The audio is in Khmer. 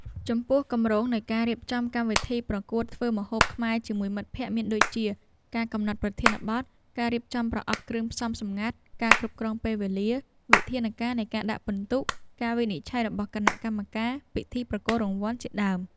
ចំពោះ គម្រោងនៃការរៀបចំកម្មវិធីប្រកួតធ្វើម្ហូបខ្មែរជាមួយមិត្តភក្តិមានដូចជា ការកំណត់ប្រធានបទ ការរៀបចំប្រអប់គ្រឿងផ្សំសម្ងាត់ ការគ្រប់គ្រងពេលវេលា វិធានការនៃការដាក់ពិន្ទុ ការវិនិច្ឆ័យរបស់គណៈកម្មការ ពិធីប្រគល់រង្វាន់ជាដើម។